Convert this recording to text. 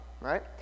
right